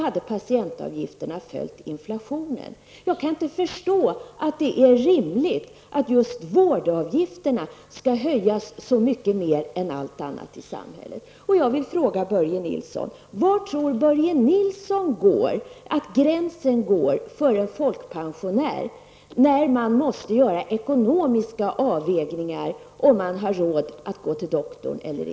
om patientavgifterna hade följt inflationen. Jag kan inte förstå att det är rimligt att just vårdavgifterna skall höjas mycket mer än allt annat i samhället. Var anser Börje Nilsson att gränsen går för en folkpensionär när man måste göra ekonomiska avvägningar och fråga sig om man har råd att gå till doktorn?